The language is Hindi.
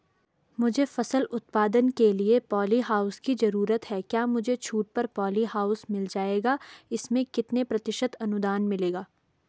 मुझे फसल उत्पादन के लिए प ॉलीहाउस की जरूरत है क्या मुझे छूट पर पॉलीहाउस मिल जाएगा इसमें कितने प्रतिशत अनुदान मिलेगा?